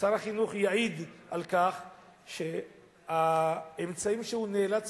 ושר החינוך יעיד על כך שהאמצעים שהוא נאלץ